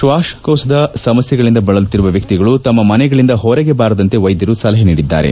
ಶ್ಲಾಸಕೋಶದ ಸಮಸ್ಯೆಗಳಿಂದ ಬಳಲುತ್ತಿರುವ ವ್ಯಕ್ತಿಗಳು ತಮ್ಮ ಮನೆಗಳಿಂದ ಹೊರಗೆ ಬಾರದಂತೆ ವೈದ್ಯರು ಸಲಹೆ ನೀಡಿದ್ದಾರೆ